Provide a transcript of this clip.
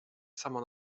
sama